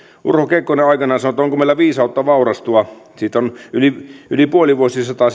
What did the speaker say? urho kekkonen aikanaan sanoi onko meillä viisautta vaurastua pamfletin kirjoittamisesta on yli yli puoli vuosisataa